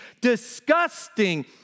disgusting